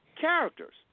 characters